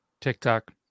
TikTok